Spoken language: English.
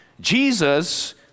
Jesus